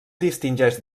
distingeix